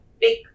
big